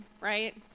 right